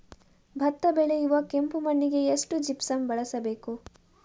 ಭತ್ತ ಬೆಳೆಯುವ ಕೆಂಪು ಮಣ್ಣಿಗೆ ಎಷ್ಟು ಜಿಪ್ಸಮ್ ಬಳಸಬೇಕು?